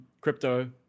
crypto